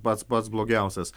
pats pats blogiausias